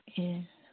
ꯑꯦ